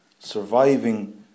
surviving